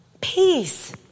Peace